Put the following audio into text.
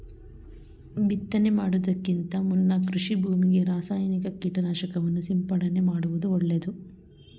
ಬಿತ್ತನೆ ಮಾಡುವುದಕ್ಕಿಂತ ಮುನ್ನ ಕೃಷಿ ಭೂಮಿಗೆ ರಾಸಾಯನಿಕ ಕೀಟನಾಶಕವನ್ನು ಸಿಂಪಡಣೆ ಮಾಡುವುದು ಒಳ್ಳೆದು